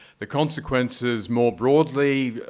the consequences, more broadly,